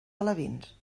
alevins